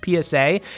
PSA